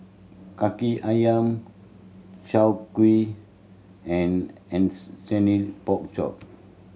Kaki Ayam chao kuih and pork chop